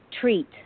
treat